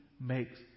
makes